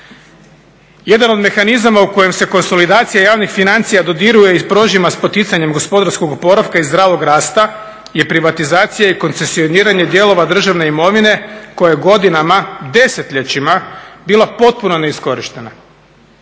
Jedan od mehanizama u kojem se konsolidacija javnih financija dodiruje i prožima sa poticanjem gospodarskog oporavka i zdravog rasta je privatizacija i koncesioniranje dijelova državne imovine koja je godinama, desetljećima bila potpuno neiskorištena.